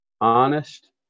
honest